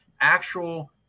actual